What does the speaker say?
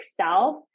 self